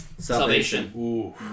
Salvation